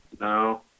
No